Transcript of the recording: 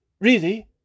Really